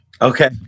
Okay